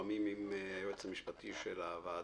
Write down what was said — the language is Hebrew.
אם התיקונים שהקראתם מתואמים עם היועץ המשפטי של הוועדה,